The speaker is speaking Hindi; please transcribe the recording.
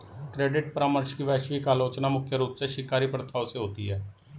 क्रेडिट परामर्श की वैश्विक आलोचना मुख्य रूप से शिकारी प्रथाओं से होती है